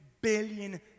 Billion